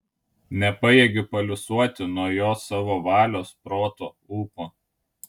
nepajėgiu paliuosuoti nuo jo savo valios proto ūpo